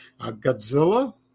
Godzilla